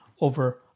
over